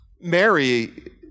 Mary